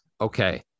okay